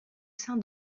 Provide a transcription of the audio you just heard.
sein